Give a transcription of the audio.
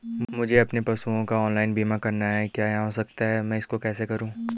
मुझे अपने पशुओं का ऑनलाइन बीमा करना है क्या यह हो सकता है मैं इसको कैसे करूँ?